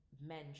men